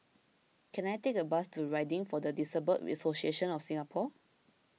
can I take a bus to Riding for the Disabled Association of Singapore